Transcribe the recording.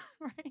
Right